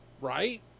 right